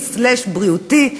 הסיעודי-הבריאותי.